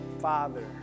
Father